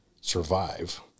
survive